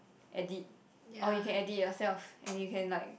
edit or you can edit yourself and you can like